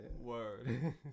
Word